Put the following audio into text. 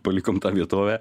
palikom tą vietovę